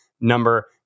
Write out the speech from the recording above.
number